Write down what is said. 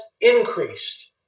increased